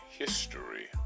History